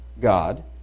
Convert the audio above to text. God